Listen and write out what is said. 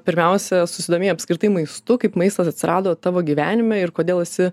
pirmiausia susidomėjai apskritai maistu kaip maistas atsirado tavo gyvenime ir kodėl esi